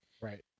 right